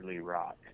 Rock